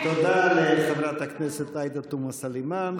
תודה לחברת הכנסת עאידה תומא סלימאן.